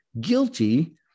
guilty